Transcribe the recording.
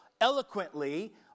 eloquently